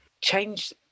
change